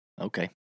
Okay